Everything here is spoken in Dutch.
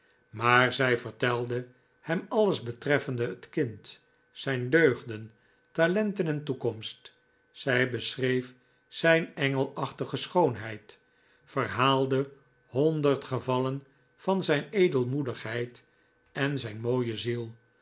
maar zij vertelde hem alles betreffende het kind zijn deugden talenten en toekomst zij beschreef zijn engelachtige schoonheid verhaalde honderd gevallen van zijn edelmoedigheid en zijn mooie ziel